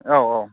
औ औ